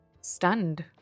Stunned